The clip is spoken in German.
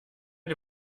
der